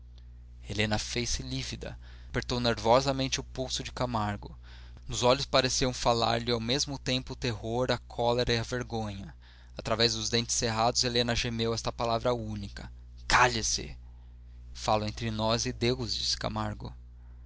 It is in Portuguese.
helena fez-se lívida apertou nervosamente o pulso de camargo nos olhos pareciam falar-lhe ao mesmo tempo o terror a cólera e a vergonha através dos dentes cerrados helena gemeu esta palavra única cale-se falo entre nós e deus disse camargo